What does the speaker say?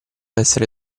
essere